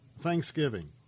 Thanksgiving